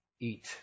eat